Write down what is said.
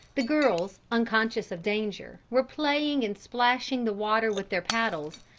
the girls, unconscious of danger, were playing and splashing the water with their paddles,